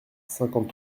cinquante